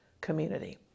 community